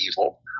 evil